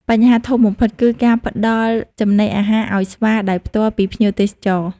បញ្ហាធំបំផុត គឺការផ្តល់ចំណីអាហារឱ្យស្វាដោយផ្ទាល់ពីភ្ញៀវទេសចរ។